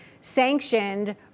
sanctioned